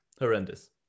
horrendous